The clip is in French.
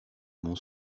mon